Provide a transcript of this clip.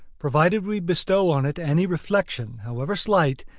provided we bestow on it any reflection, however slight,